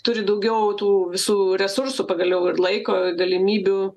turi daugiau tų visų resursų pagaliau ir laiko galimybių